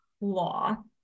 law